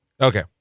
Okay